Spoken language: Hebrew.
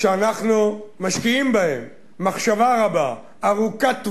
שאנחנו משקיעים בהם מחשבה רבה, ארוכת טווח,